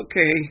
Okay